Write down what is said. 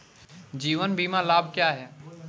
जीवन बीमा लाभ क्या हैं?